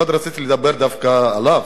רציתי מאוד לדבר דווקא עליו.